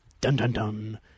dun-dun-dun